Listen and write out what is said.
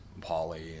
Polly